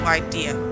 idea